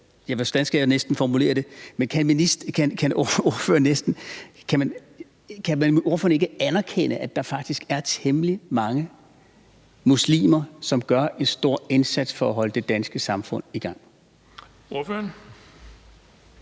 hvordan skal jeg næsten formulere det, ikke anerkende, at der faktisk er temmelig mange muslimer, som gør en stor indsats for at holde det danske samfund i gang?